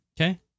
Okay